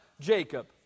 Jacob